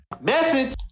Message